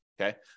okay